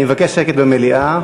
אני מבקש שקט במליאה.